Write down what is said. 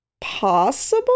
possible